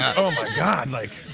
oh my god, like,